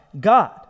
God